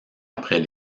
après